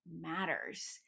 matters